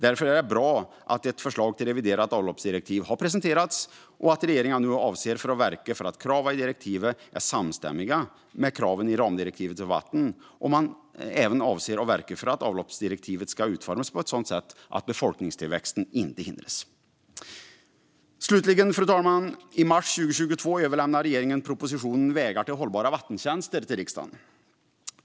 Därför är det bra att ett förslag till reviderat avloppsdirektiv har presenterats och att regeringen nu avser att verka för att kraven i direktivet är samstämmiga med kraven i ramdirektivet för vatten och att man även avser att verka för att avloppsdirektivet ska utformas på ett sådant sätt att befolkningstillväxten inte hindras. Slutligen, fru talman: I mars 2022 överlämnade regeringen propositionen Vägar till hållbara vattentjänster till riksdagen.